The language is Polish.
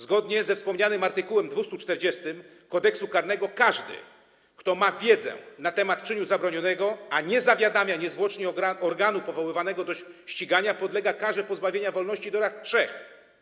Zgodnie ze wspomnianym art. 240 Kodeksu karnego każdy, kto ma wiedzę na temat czynu zabronionego, a nie zawiadamia niezwłocznie organu powoływanego do ścigania, podlega karze pozbawienia wolności do lat 3.